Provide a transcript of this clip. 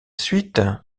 suite